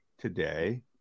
today